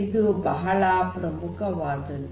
ಇದು ಬಹಳ ಪ್ರಮುಖವಾದದ್ದು